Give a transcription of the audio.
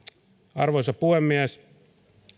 arvoisa puhemies